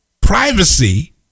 privacy